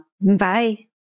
Bye